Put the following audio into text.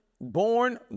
born